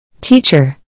Teacher